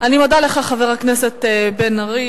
אני מודה לך, חבר הכנסת בן-ארי.